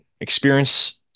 experience